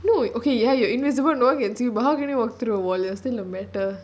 no okay ya ya you are invisible no one can see you but how can you walk through a wall you are still a matter